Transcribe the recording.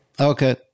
Okay